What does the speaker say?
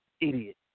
idiot